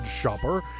shopper